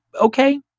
okay